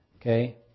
Okay